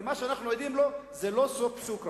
ומה שאנחנו עדים לו זה לא סוף פסוק,